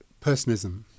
personism